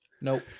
Nope